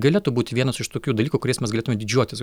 galėtų būti vienas iš tokių dalykų kuriais mes galėtume didžiuotis